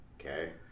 okay